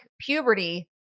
puberty